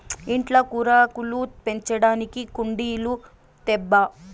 ఇంట్ల కూరాకులు పెంచడానికి కుండీలు తేబ్బా